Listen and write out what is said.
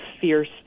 fierce